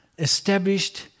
Established